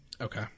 Okay